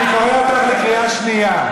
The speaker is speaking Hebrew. אני קורא אותך בקריאה שנייה.